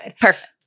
Perfect